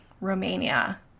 romania